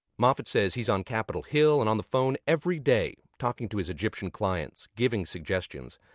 moffett says he's on capitol hill and on the phone every day, talking to his egyptian clients, giving suggestions.